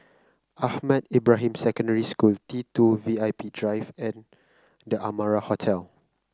Ahmad Ibrahim Secondary School T two V I P Drive and The Amara Hotel